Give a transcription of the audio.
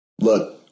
look